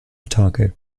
otago